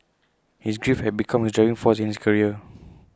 his grief had become his driving force in his career